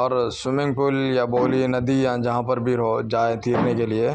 اور swimming pool یا بولی ندی یا جہاں پر بھی ہو جائیں تیرنے کے لیے